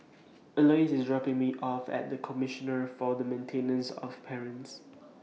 Elouise IS dropping Me off At The Commissioner For The Maintenance of Parents